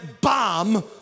bomb